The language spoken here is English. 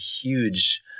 huge